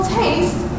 taste